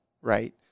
right